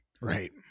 Right